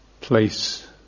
place